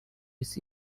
his